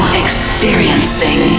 experiencing